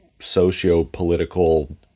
socio-political